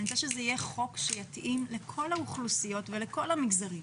אני רוצה שזה יהיה חוק שיתאים לכל האוכלוסיות ולכל המגזרים.